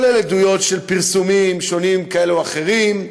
ובכלל זה עדויות של פרסומים שונים כאלה או אחרים.